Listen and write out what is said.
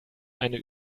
eine